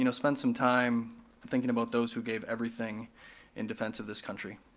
you know spend some time thinking about those who gave everything in defense of this country.